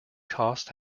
costs